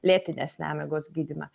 lėtinės nemigos gydyme